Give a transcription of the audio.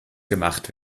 gemacht